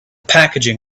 packaging